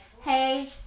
Hey